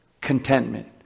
contentment